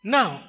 Now